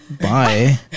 Bye